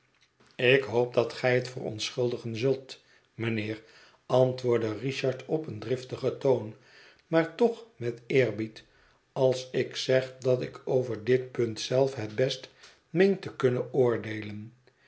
ik hoop dat gij het verontschuldigen zult mijnheer antwoordde richard op een driftigen toon maar toch met eerbied als ik zeg dat ik over dit punt zelf het best meen te kunnen oordeelen